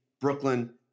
Brooklyn